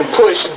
push